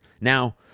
Now